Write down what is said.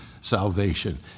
salvation